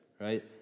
right